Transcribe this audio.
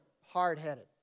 hard-headed